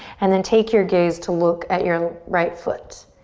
and then take your gaze to look at your right foot.